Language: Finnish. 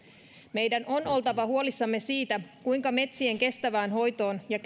meidän on oltava huolissamme siitä kuinka metsien kestävään hoitoon ja